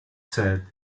said